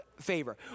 favor